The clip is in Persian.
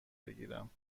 بگیرم